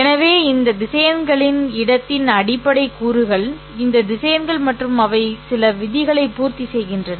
எனவே இந்த திசையன்களின் இடத்தின் அடிப்படை கூறுகள் இந்த திசையன்கள் மற்றும் அவை சில விதிகளை பூர்த்தி செய்கின்றன